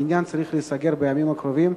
העניין צריך להיסגר בימים הקרובים,